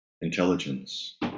intelligence